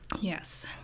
yes